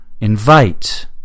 invite